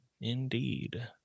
Indeed